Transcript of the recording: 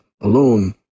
alone